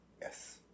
Yes